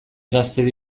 gaztedi